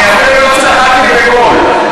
אני אפילו לא צחקתי בקול.